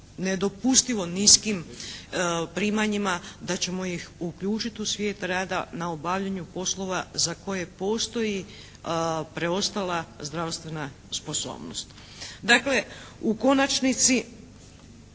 nedopustivo niskim primanjima da ćemo ih uključiti u svijet rada na obavljanju poslova za koje postoji preostala zdravstvena sposobnost. Dakle u konačnici